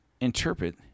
interpret